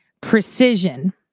precision